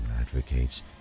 advocates